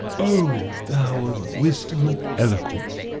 o thou of wisdom and eloquence,